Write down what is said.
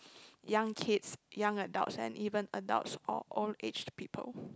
young kids young adults and even adults or all age people